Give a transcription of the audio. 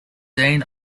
dean